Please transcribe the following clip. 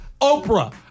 Oprah